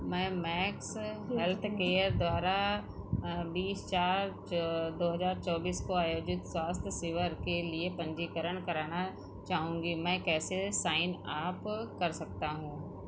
मैं Max Healthcare द्वारा बीस चार चौ दो हज़ार चौबीस को आयोजित स्वास्थ्य शिविर के लिए पन्जीकरण कराना चाहूँगी मैं कैसे साइन अप कर सकता हूँ